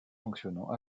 fonctionnant